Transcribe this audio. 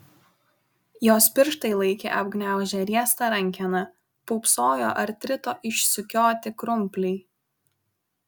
jos pirštai laikė apgniaužę riestą rankeną pūpsojo artrito išsukioti krumpliai